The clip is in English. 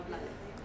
ya